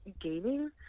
gaming